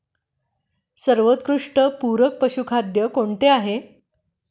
सर्वोत्कृष्ट पूरक पशुखाद्य कोणते आहे?